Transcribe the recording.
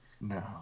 no